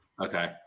Okay